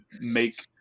make